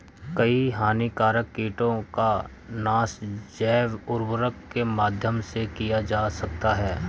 कई हानिकारक कीटों का नाश जैव उर्वरक के माध्यम से किया जा सकता है